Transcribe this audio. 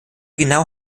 genau